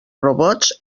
robots